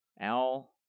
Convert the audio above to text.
al